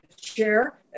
chair